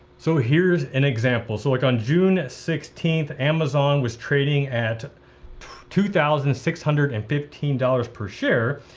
so here's an example. so like, on june sixteenth, amazon was trading at two thousand six hundred and fifteen dollars per share.